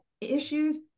issues